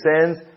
sins